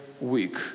week